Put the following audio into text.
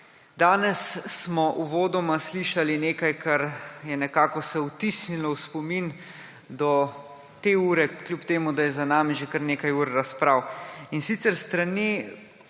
Danes smo uvodoma slišali nekaj, kar se je nekako vtisnilo v spomin do te ure, kljub temu da je za nami že kar nekaj ur razprave. S strani